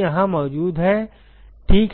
यहां मौजूद है ठीक है